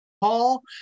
paul